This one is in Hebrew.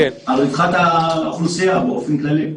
לרווחת האוכלוסייה באופן כללי.